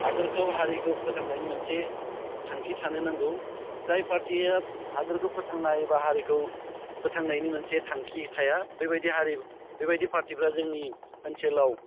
हादोरखौ हारिखौ फोथांनायनि मोनसे थांखि थानो नांगौ जाय पार्टिया हादोरखौ फोथांनो हायो एबा हारिखौ फोथांनायनि मोनसे थांखि थाया बेबायदि हारि बेबायदि पार्टिफ्रा जोंनि ओनसोलाव